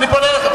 אני פונה אליכם,